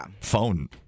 phone